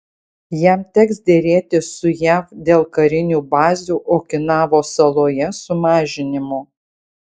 jam teks derėtis su jav dėl karinių bazių okinavos saloje sumažinimo